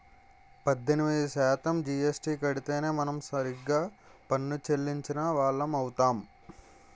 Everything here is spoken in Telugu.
పద్దెనిమిది శాతం జీఎస్టీ కడితేనే మనం సరిగ్గా పన్ను చెల్లించిన వాళ్లం అవుతాం